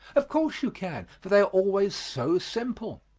of course you can, for they are always so simple.